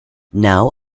now